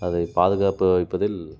அதை பாதுகாப்பாக வைப்பதில்